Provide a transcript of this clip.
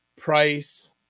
price